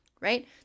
right